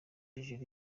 hejuru